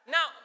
Now